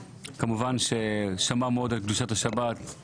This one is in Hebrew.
כמובן שהוא שמר מאוד על קדושת השבת,